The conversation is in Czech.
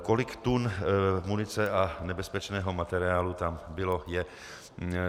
Kolik tun munice a nebezpečného materiálu tam bylo, je?